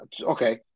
okay